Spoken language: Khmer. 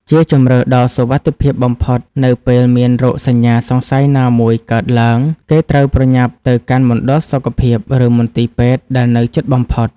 ជាជម្រើសដ៏សុវត្ថិភាពបំផុត នៅពេលមានរោគសញ្ញាសង្ស័យណាមួយកើតឡើង គេត្រូវប្រញាប់ទៅកាន់មណ្ឌលសុខភាព ឬមន្ទីរពេទ្យដែលនៅជិតបំផុត។